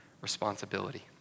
responsibility